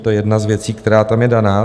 To je jedna z věcí, která tam je daná.